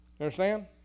understand